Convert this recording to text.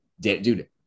dude